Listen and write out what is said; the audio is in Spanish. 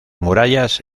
murallas